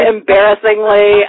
Embarrassingly